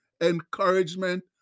encouragement